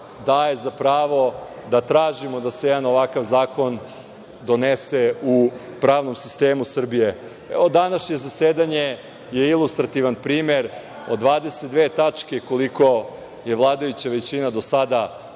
daje za pravo da tražimo da se jedan ovakav zakon donese u pravnom sistemu Srbije. Ovo današnje zasedanje je ilustrativan primer, od 22 tačke, koliko je vladajuća većina do sada